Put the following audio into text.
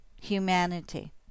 humanity